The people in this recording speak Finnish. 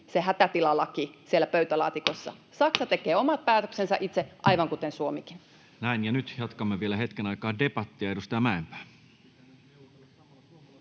se hätätilalaki siellä pöytälaatikossa. Saksa tekee omat päätöksensä itse, aivan kuten Suomikin. Näin. — Ja nyt jatkamme vielä hetken aikaa debattia. — Edustaja Mäenpää.